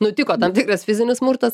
nutiko tam tikras fizinis smurtas